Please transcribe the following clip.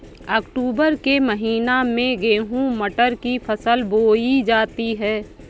अक्टूबर के महीना में गेहूँ मटर की फसल बोई जाती है